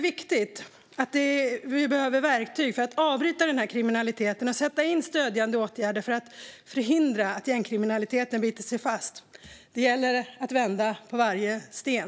Vi behöver verktyg för att avbryta kriminaliteten och sätta in stödjande åtgärder för att förhindra att gängkriminaliteten biter sig fast. Det gäller att vända på varje sten.